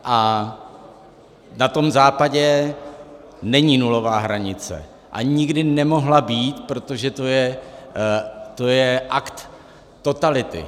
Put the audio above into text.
A na tom západě není nulová hranice a nikdy nemohla být, protože to je akt totality.